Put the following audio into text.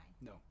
No